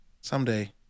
someday